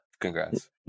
congrats